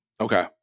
Okay